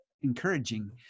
encouraging